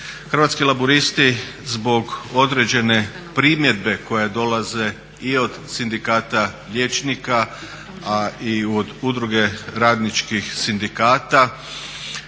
Hrvatski laburisti zbog određene primjedbe koje dolaze i od Sindikata liječnika, a i od Udruge radničkih sindikata,